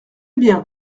bien